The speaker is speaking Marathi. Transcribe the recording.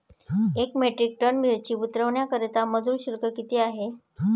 एक मेट्रिक टन मिरची उतरवण्याकरता मजुर शुल्क किती आहे?